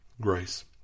grace